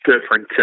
different